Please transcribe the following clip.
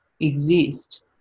exist